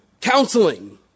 counseling